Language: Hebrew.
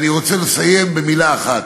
אני רוצה לסיים במילה אחת.